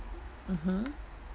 mmhmm